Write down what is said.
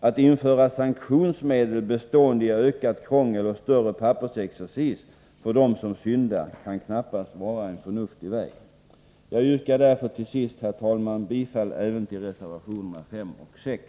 Att införa sanktionsmedel för dem som syndar i form av ökat krångel och större pappersexercis kan knappast vara en förnuftig väg. Jag yrkar därför till sist, herr talman, bifall även till reservationerna 5 och 6.